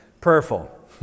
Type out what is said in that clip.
prayerful